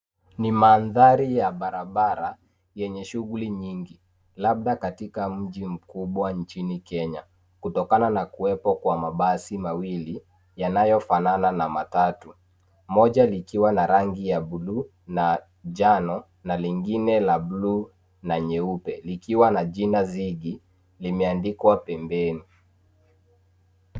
Ni mandhari ya barabara, yenye shughuli nyingi, labda katika mji mkubwa nchini Kenya. Kutokana na kuepo kwa mabasi mawili, yanayofanana na matatu. Moja likiwa na rangi ya blue na njano, na lingine la blue na nyeupe, likiwa na jina zigi, limeandikwa pembeni.